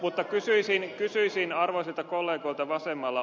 mutta kysyisin arvoisilta kollegoilta vasemmalla